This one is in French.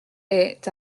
est